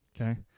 Okay